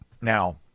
Now